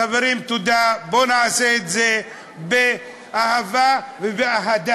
חברים, תודה, בואו נעשה את זה באהבה ובאהדה.